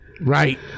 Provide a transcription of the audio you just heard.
Right